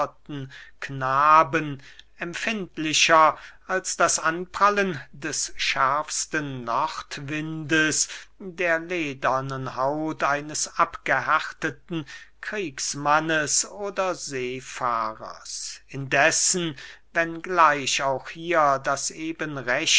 knaben empfindlicher als das anprallen des schärfsten nordwindes der ledernen haut eines abgehärteten kriegsmannes oder seefahrers indessen wenn gleich auch hier das